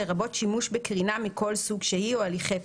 לרבות שימוש בקרינה מכל סוג שהיא או הליכי פסטור.